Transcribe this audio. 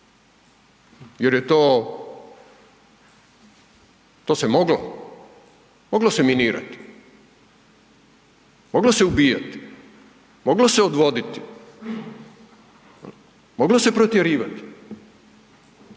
jer to se moglo, moglo se minirat, moglo se ubijati, moglo se odvoditi, moglo se protjerivati,